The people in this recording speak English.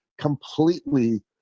completely